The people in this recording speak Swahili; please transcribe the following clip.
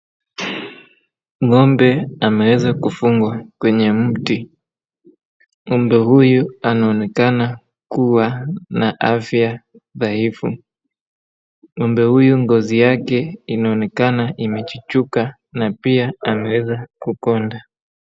Ng'ombe ameeza kufungwa kwenye mti ng'ombe huyu anaonekana kuwa na afya dhaifu ng'ombe huyu ngozi yake inaonekana imefichuka na pia ameeza kukonda